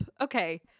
okay